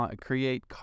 create